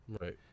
Right